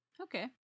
Okay